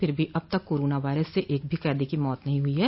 फिर भी अब तक कोरोना वायरस से एक भी कैदी की मौत नहीं हुई है